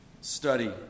study